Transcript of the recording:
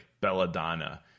Belladonna